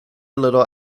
little